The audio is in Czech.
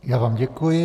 Já vám děkuji.